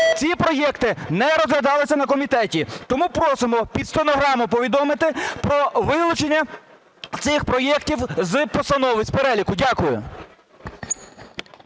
Ці проекти не розглядалися на комітеті. Тому просимо під стенограму повідомити про вилучення цих проектів з постанови, з переліку. Дякую.